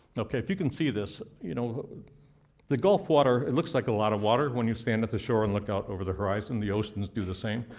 okay, if you can see this you know the gulf water looks like a lot of water when you stand at the shore and look out over the horizon, the oceans do the same.